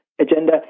agenda